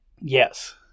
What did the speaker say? yes